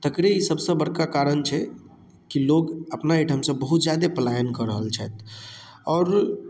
तकरे ई सभसँ बड़का कारण छै कि लोग अपना अहिठामसँ बहुत जादे पलायन कऽ रहल छथि आओर